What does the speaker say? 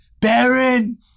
Baron